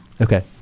Okay